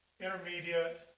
intermediate